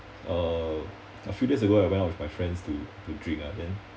uh a few days ago I went out with my friends to to drink ah then